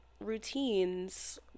routines